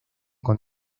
con